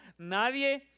Nadie